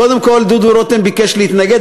קודם כול דודו רותם ביקש להתנגד,